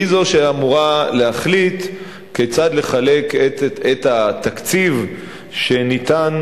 והיא זו שאמורה להחליט כיצד לחלק את התקציב שניתן